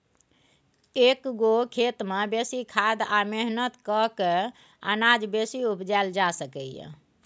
एक्क गो खेत मे बेसी खाद आ मेहनत कए कय अनाज बेसी उपजाएल जा सकैए